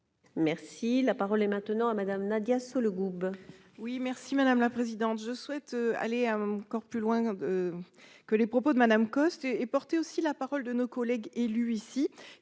Merci, la parole est maintenant à Madame Nadia Sollogoub.